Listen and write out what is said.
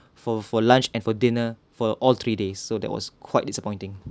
for for lunch and for dinner for all three days so that was quite disappointing